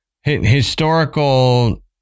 historical